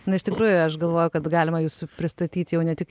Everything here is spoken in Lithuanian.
na iš tikrųjų aš galvoju kad galima jus pristatyt jau ne tik